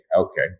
okay